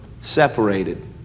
separated